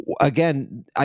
again